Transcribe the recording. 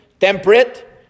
temperate